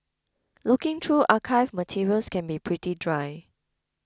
looking through archived materials can be pretty dry